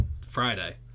Friday